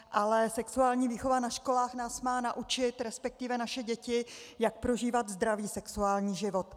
Ale sexuální výchova na školách nás má naučit, resp. naše děti, jak prožívat zdravý sexuální život.